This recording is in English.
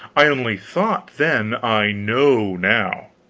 i only thought, then i know, now.